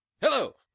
Hello